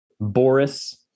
Boris